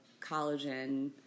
collagen